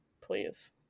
please